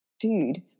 dude